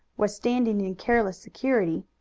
was standing in careless security,